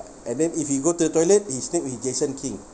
and then if you go to the toilet is snake with jason king